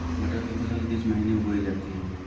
मटर की फसल किस महीने में बोई जाती है?